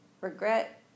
Regret